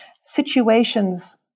situations –